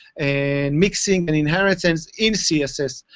and mixing and inheritance in css.